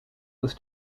was